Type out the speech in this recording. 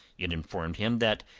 it informed him that,